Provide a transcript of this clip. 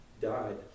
died